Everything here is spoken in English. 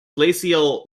glacial